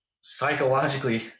psychologically